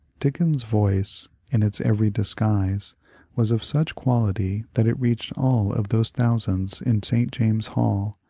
dickens's voice in its every disguise was of such quality that it reached all of those thousands in st james's hall,